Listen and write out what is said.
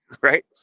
Right